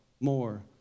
more